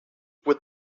with